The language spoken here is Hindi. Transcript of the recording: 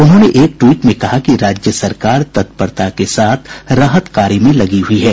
उन्होंने एक ट्वीट में कहा कि राज्य सरकार तत्परता के साथ राहत कार्य में लगी हुई हैं